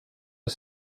est